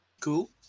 Cool